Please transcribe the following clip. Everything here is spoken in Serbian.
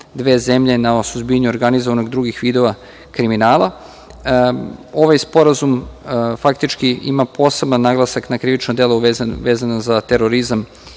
dve zemlje na suzbijanju organizovanog i drugih vidova kriminala. Ovaj Sporazum faktički ima poseban naglasak na krivična dela vezana za terorizam